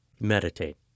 meditate